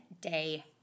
day